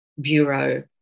bureau